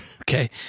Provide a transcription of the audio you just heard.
Okay